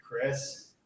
Chris